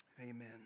Amen